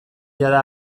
jada